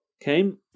came